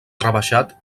rebaixat